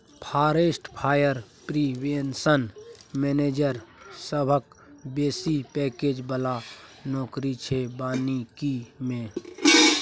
forest fire prevention manager सबसँ बेसी package बला नौकरी छै बानिकी मे